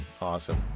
awesome